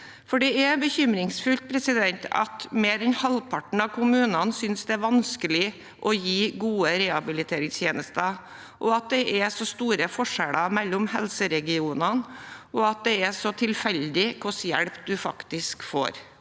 Det er bekymringsfullt at mer enn halvparten av kommunene synes det er vanskelig å gi gode rehabiliteringstjenester, at det er så store forskjeller mellom helseregionene, og at det er så tilfeldig hvilken hjelp man faktisk får.